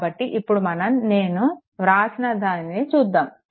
కాబట్టి ఇప్పుడు మనం నేను వ్రాసిన దానిని చూద్దాము